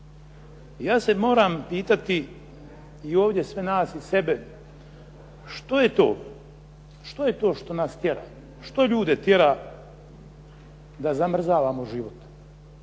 Ja se moram pitati i ovdje sve nas i sebe što je to, što je to što nas tjera, što ljude tjera da zamrzavamo život?